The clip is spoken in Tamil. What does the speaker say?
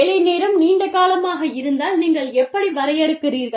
வேலை நேரம் நீண்ட காலமாக இருந்தால் நீங்கள் எப்படி வரையறுக்கிறீர்கள்